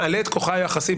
מעלה את כוחה היחסי,